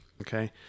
okay